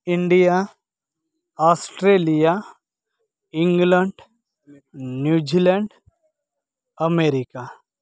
India Australia England New Zealand America